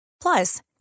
Plus